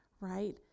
right